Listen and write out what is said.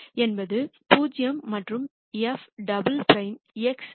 என்பது 0 மற்றும் f double prime x 0 ஐ விட அதிகமாக உள்ளது